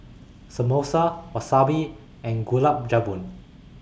Samosa Wasabi and Gulab Jamun